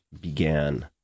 began